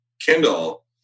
Kindle